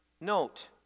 note